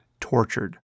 tortured